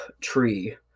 tree